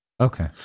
Okay